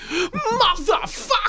Motherfucker